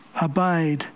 abide